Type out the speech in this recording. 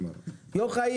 יו"ר הארגון.